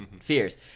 fears